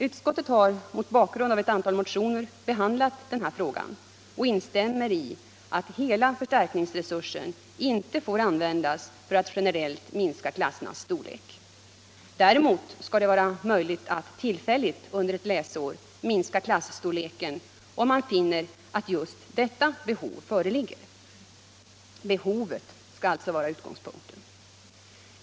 Utskottet har mot bakgrund av ett antal motioner behandlat den här frågan och instämmer i att hela förstärkningsresursen inte får användas för att generellt minska klassernas storlek. Däremot skall det vara möjligt att tillfälligt under ett läsår minska klasstorleken om man finner att just detta behov föreligger. Behovet skall vara utgångspunkten.